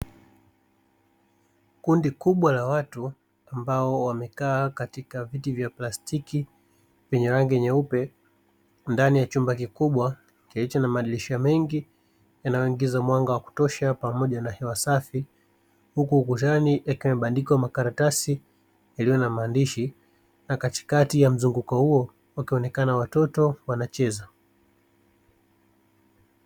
Kundi kubwa la watu ambao wamekaa katika viti vya plastiki vyenye rangi nyeupe, ndani ya chumba kikubwa kilicho na madirisha mengi yanayoingiza mwanga wa kutosha pamoja na hewa safi. Huku ukutani yakiwa yamebandikwa makaratasi yaliyo na maandishi na katikati ya mzunguko huo wakonekana watoto wanacheza.